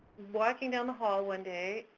walking down the hall one day,